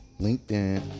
LinkedIn